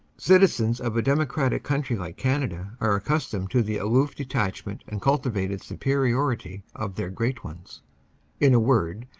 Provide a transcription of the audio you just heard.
citizens of a democratic country like canada are accustomed to the aloof detachment and cultivated superiority of their great ones in a word,